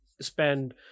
spend